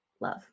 love